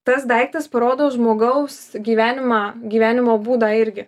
tas daiktas parodo žmogaus gyvenimą gyvenimo būdą irgi